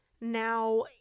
Now